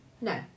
No